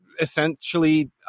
essentially